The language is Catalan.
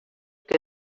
que